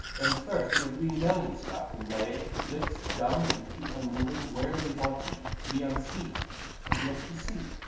then first in a green dell we stopped, and lay, lips dumb and feet unmoving, warily watching, to be unseen and yet to see.